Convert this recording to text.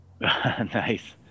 Nice